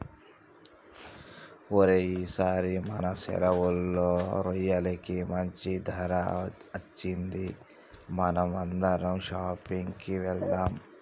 ఓరై ఈసారి మన సెరువులో రొయ్యలకి మంచి ధర అచ్చింది మనం అందరం షాపింగ్ కి వెళ్దాం